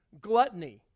gluttony